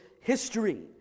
history